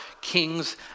kings